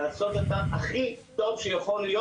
לעשות אותם הכי טוב שיכול להיות,